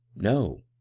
no.